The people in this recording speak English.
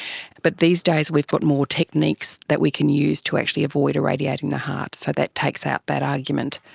but these days we've got more techniques that we can use to actually avoid irradiating the heart, so that takes out that argument.